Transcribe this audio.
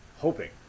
hoping